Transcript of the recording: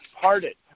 parted